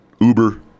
Uber